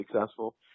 successful